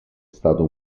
stato